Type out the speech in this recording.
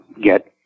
get